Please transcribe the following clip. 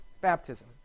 baptism